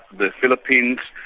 the philippines,